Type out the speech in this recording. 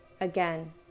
Again